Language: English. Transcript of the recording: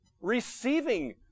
receiving